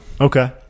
okay